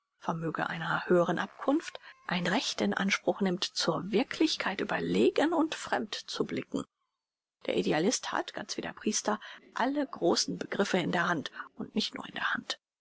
vermöge einer höheren abkunft ein recht in anspruch nimmt zur wirklichkeit überlegen und fremd zu blicken der idealist hat ganz wie der priester alle großen begriffe in der hand und nicht nur in der hand